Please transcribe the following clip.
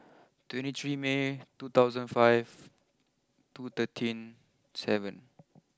twenty three May two thousand five two thirteen seven